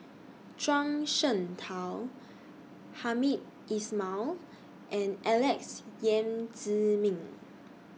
Zhuang Shengtao Hamed Ismail and Alex Yam Ziming